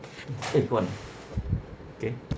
take on K